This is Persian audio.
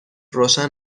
روشن